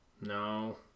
No